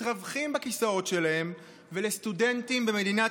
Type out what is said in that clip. מתרווחים בכיסאות שלהם ולסטודנטים במדינת